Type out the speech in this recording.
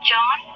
John